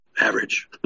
average